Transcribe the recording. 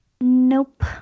Nope